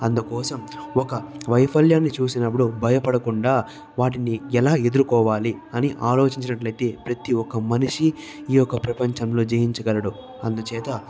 అందుకోసం ఒక వైఫల్యాన్ని చూసినప్పుడు భయపడకుండా వాటిని ఎలా ఎదుర్కోవాలి అని ఆలోచించినట్లయితే ప్రతి ఒక్క మనిషి ఈ యొక్క ప్రపంచంలో జయించగలడు అందుచేత